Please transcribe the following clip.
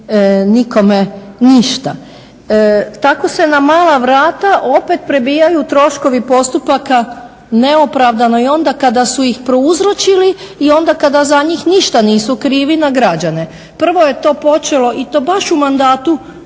nikome ništa. Tako se na mala vrata opet prebijaju troškovi postupaka neopravdano i onda kada su ih prouzročili i onda kada za njih ništa nisu krivi na građane. Prvo je to počelo i to baš u mandatu